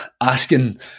asking